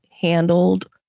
handled